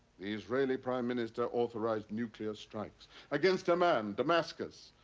the israeli prime minister authorized nuclear strikes against amman, damascus.